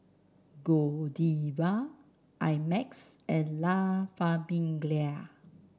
Godiva I Max and La Famiglia